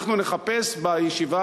אנחנו נחפש בישיבה,